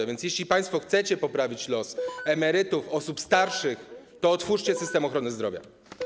A więc jeśli państwo chcecie poprawić los emerytów, osób starszych, to otwórzcie system ochrony zdrowia.